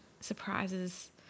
surprises